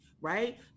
right